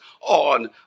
on